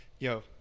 yo